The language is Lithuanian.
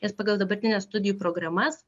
ir pagal dabartines studijų programas